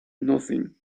nothing